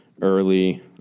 early